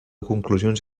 conclusions